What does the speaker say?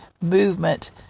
movement